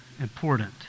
important